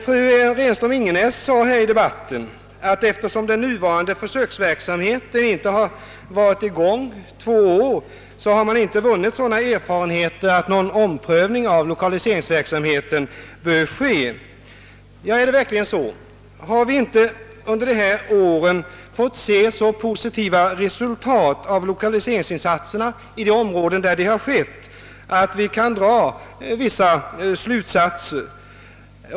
Fru Renström-Ingenäs ansåg, att eftersom den nuvarande försöksverksamheten inte bedrivits i mer än två år, så har man inte vunnit tillräckliga erfarenheter för en omprövning av lokaliseringsverksamheten. Är det verkligen så? Har vi verkligen inte under dessa år sett så positiva resultat av lokaliseringsinsatserna, att vi kan dra vissa slutsatser?